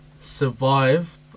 survive